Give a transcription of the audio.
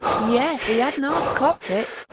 yes, e adn't alf copped it.